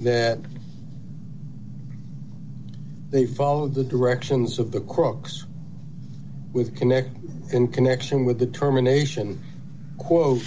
that they follow the directions of the crooks with connect in connection with determination quote